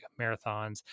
marathons